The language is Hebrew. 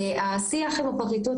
השיח עם הפרקליטות,